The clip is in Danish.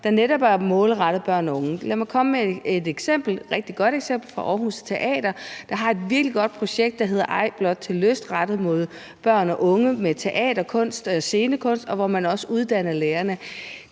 der netop er målrettet børn og unge? Lad mig komme med et eksempel, et rigtig godt eksempel fra Aarhus Teater, der har et virkelig godt projekt, der hedder »Ej blot til lyst«, rettet mod børn og unge, med teaterkunst og scenekunst, og hvor man også uddanner lærerne.